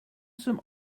some